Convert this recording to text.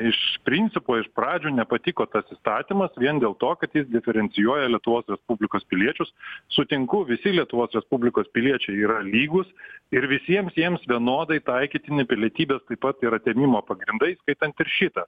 iš principo iš pradžių nepatiko tas įstatymas vien dėl to kad jis diferencijuoja lietuvos respublikos piliečius sutinku visi lietuvos respublikos piliečiai yra lygūs ir visiems jiems vienodai taikytini pilietybės taip pat ir atėmimo pagrindai įskaitant ir šitą